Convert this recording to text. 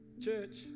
Church